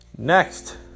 Next